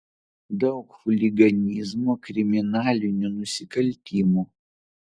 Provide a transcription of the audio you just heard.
daug chuliganizmo kriminalinių nusikaltimų